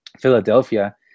Philadelphia